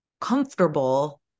comfortable